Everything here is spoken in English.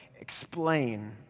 explain